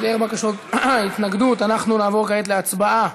בהיעדר בקשות התנגדות אנחנו נעבור כעת להצבעה